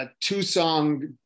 two-song